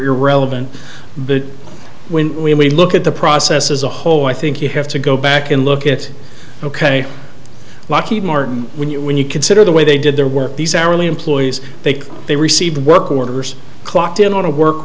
irrelevant but when we look at the process as a whole i think you have to go back and look at it ok lockheed martin when you when you consider the way they did their work these hourly employees they they received work orders clocked in on a work